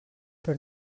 però